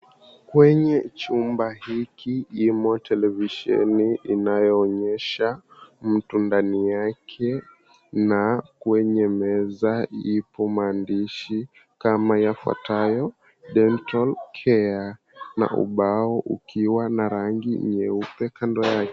Kwenye chumba hiki imo televisheni inayoonyesha mtu ndani yake na kwenye meza ipo maandishi kama yafuatayo, "Dental care," na ubao ukiwa na rangi nyeupe kando yake.